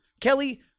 Kelly